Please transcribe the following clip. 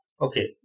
okay